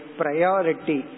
priority